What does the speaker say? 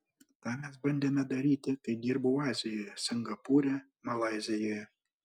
tą mes bandėme daryti kai dirbau azijoje singapūre malaizijoje